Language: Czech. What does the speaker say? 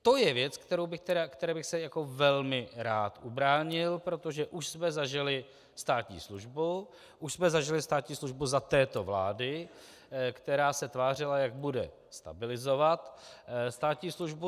To je věc, které bych se velmi rád ubránil, protože už jsme zažili státní službu, už jsme zažili státní službu za této vlády, která se tvářila, jak bude stabilizovat státní službu.